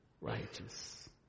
righteous